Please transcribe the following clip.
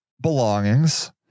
belongings